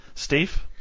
Steve